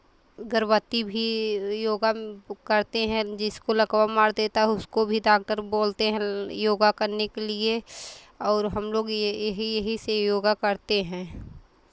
गर्भवती भी योगा वो करती हैं जिसको लकवा मार देता है उसको भी डाक्टर बोलते हैं योगा करने के लिए और हम लोग ये यही यही से योगा करते हैं